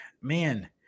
Man